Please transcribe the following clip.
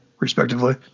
respectively